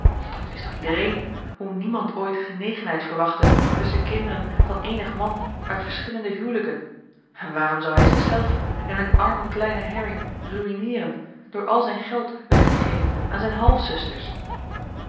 dat wist toch iedereen hoe niemand ooit genegenheid verwachtte tusschen kinderen van eenig man uit verschillende huwelijken en waarom zou hij zichzelf en hun armen kleinen harry ruïneeren door al zijn geld weg te geven aan zijn